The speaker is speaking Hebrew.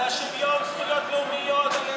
אתם מדברים על שוויון זכויות לאומיות.